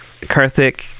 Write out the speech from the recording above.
Karthik